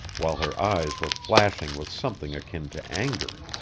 while her eyes were flashing with something akin to anger.